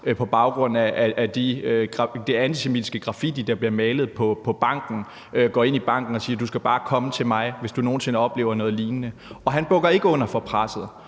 på baggrund af det antisemitiske graffiti, der bliver malet på banken, går ind i banken og siger: Du skal bare komme til mig, hvis du nogen sinde oplever noget lignende. Han bukker ikke under for presset.